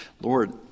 Lord